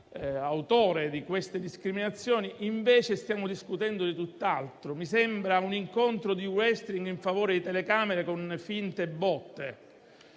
autore di queste discriminazioni e invece stiamo discutendo di tutt'altro. Mi sembra un incontro di *wrestling* a favore di telecamere con finte botte.